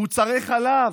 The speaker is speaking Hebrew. מוצרי חלב,